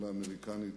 לרבות האמריקנית,